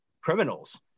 criminals